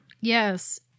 Yes